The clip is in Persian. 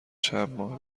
چندماه